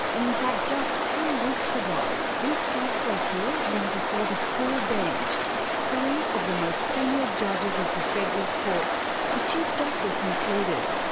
and in fact, just two weeks ago, this case for appeal went before the full bench three of the most senior judges of the federal court the chief justice included.